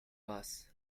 boss